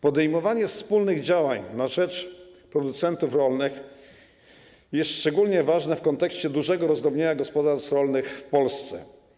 Podejmowanie wspólnych działań na rzecz producentów rolnych jest szczególnie ważne w kontekście dużego rozdrobnienia gospodarstw rolnych w Polsce.